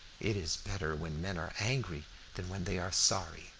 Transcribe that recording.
it is better when men are angry than when they are sorry,